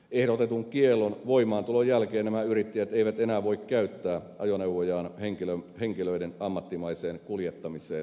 ehdotetun kiellon voimaantulon jälkeen nämä yrittäjät eivät enää voi käyttää ajoneuvojaan henkilöiden ammattimaiseen kuljettamiseen nykyisellä tavalla